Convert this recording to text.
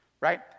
right